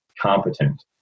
competent